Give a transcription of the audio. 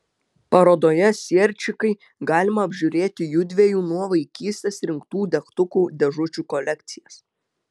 parodoje sierčikai galima apžiūrėti judviejų nuo vaikystės rinktų degtukų dėžučių kolekcijas